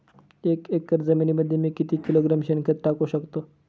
एक एकर जमिनीमध्ये मी किती किलोग्रॅम शेणखत टाकू शकतो?